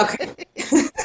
Okay